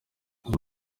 aya